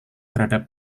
terhadap